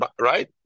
right